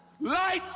light